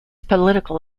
political